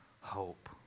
hope